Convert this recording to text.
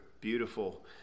beautiful